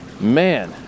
man